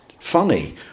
Funny